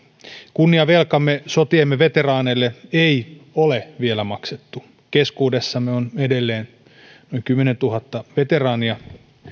kunniavelkaamme sotiemme veteraaneille ei ole vielä maksettu keskuudessamme on edelleen noin kymmenentuhatta veteraania